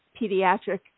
pediatric